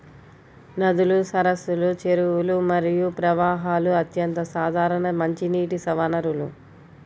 నదులు, సరస్సులు, చెరువులు మరియు ప్రవాహాలు అత్యంత సాధారణ మంచినీటి వనరులు